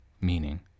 meaning